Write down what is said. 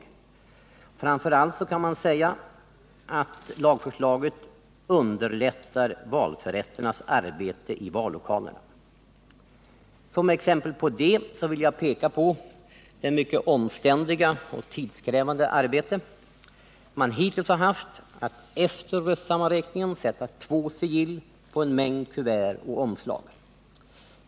Men framför allt kan man säga att förslaget innebär att valförrättarnas arbete i vallokalerna kan underlättas. Som exempel på det vill jag peka på det mycket 97 omständliga och tidskrävande arbete man hittills haft med att efter röstsammanräkningen sätta två sigill på en mängd kuvert och omslag.